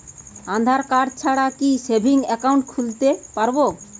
আধারকার্ড ছাড়া কি savings account খুলতে পারব?